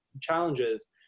challenges